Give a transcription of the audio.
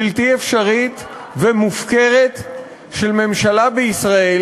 בלתי אפשרית ומופקרת של ממשלה בישראל,